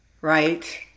right